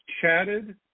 chatted